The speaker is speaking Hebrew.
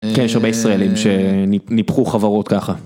יש הרבה ישראלים שניפחו חברות ככה.